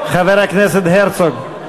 חבר הכנסת הרצוג.